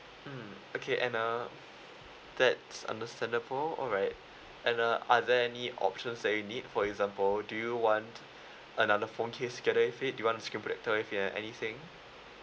mm okay and uh that's understandable alright and uh are there any options that you need for example do you want another phone case together with it do you want screen protector with it uh anything